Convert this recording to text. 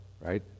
right